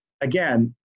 again